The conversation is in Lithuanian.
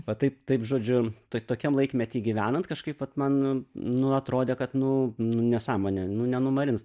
va taip taip žodžiu tai tokiam laikmety gyvenant kažkaip vat man nu atrodė kad nu nu nesąmonė nu nenumarins